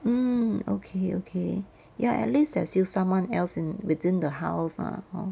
mm okay okay ya at least there's still someone else in within the house lah hor